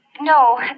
No